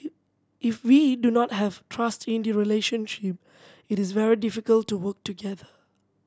if we do not have trust in the relationship it is very difficult to work together